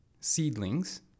seedlings